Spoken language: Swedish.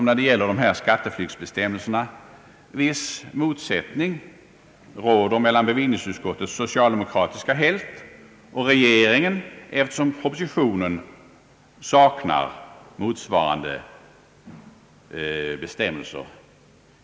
När det gäller de föreslagna skatteflyktsbestämmelserna vill det förefalla som om viss motsättning råder mellan bevillningsutskottets socialdemokratiska hälft och regeringen, eftersom propositionen saknar motsvarande be stämmelser.